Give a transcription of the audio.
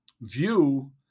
view